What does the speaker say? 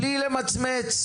בלי למצמץ,